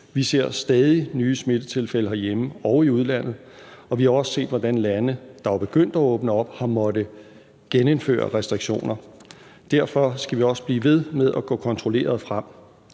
Vi ser stadig nye smittetilfælde herhjemme og i udlandet, og vi har også set, hvordan lande, der var begyndt at åbne op, har måttet genindføre restriktioner. Derfor skal vi også blive ved med at gå kontrolleret frem.